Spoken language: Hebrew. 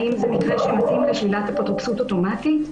האם זה מקרה שמתאים לשלילת אפוטרופסות אוטומטית.